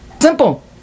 Simple